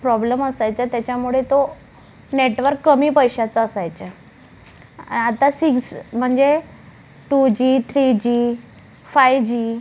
problem असायचा त्याच्यामुळे तो नेटवर्क कमी पैशाचा असायचा आत्ता सिग्स म्हणजे two G three G five जी